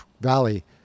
Valley